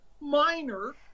Minor